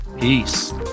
Peace